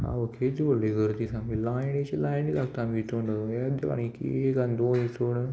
आवय केदी व्हडली गर्दी सामकी लायनीची लायनी लागता सामक्यो इसोण धरूंक आनी इतली एक आनी दोन इसोण